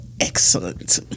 excellent